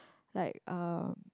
like uh